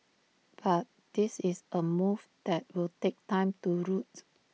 but this is A move that will take time to roots